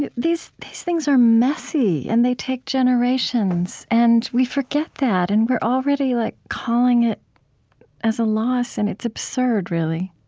these these things are messy, and they take generations. and we forget that. and we're already like calling it as a loss. and it's absurd, really.